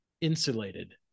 insulated